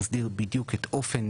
אין חוק שמסדיר בדיוק את אופן